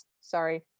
Sorry